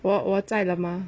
我我在了吗